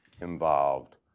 involved